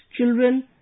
children